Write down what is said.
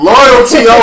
Loyalty